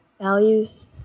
Values